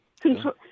Control